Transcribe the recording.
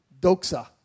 doxa